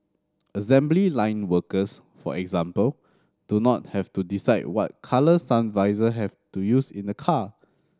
assembly line workers for example do not have to decide what colour sun visor have to use in a car